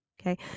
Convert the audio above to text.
Okay